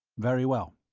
very well.